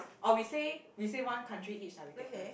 or we say we say one country each ah we take turns